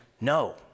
no